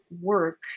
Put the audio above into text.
work